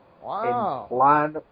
Wow